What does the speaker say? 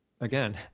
again